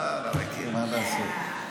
לא מכיר, מה לעשות.